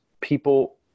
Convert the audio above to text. people